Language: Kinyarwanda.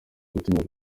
gutinya